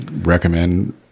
recommend